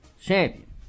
champion